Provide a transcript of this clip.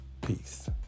Peace